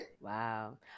Wow